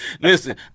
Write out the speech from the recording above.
Listen